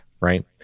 right